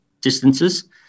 distances